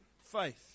faith